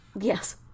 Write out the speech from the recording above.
Yes